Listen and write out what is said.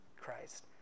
Christ